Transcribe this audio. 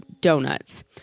Donuts